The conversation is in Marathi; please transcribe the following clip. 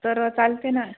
तर चालते ना